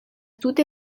tute